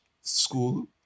school